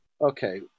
Okay